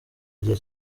igihe